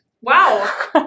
Wow